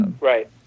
Right